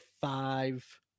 five